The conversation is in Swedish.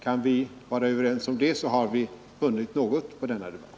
Kan vi vara överens om det, har vi vunnit någonting på denna debatt.